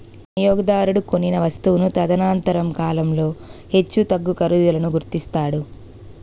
వినియోగదారుడు కొనిన వస్తువును తదనంతర కాలంలో హెచ్చుతగ్గు ఖరీదులను గుర్తిస్తాడు